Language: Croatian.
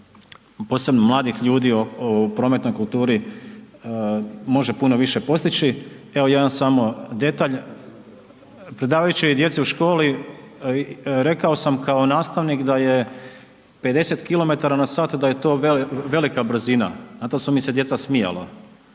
posebno mladih ljudi u prometnoj kulturi može puno više postići. Evo jedan samo detalj, predajući djeci u školi rekao sam kao nastavnik da je 50km na sat da je to velika brzina, na to su mi se djeca smijala